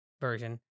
version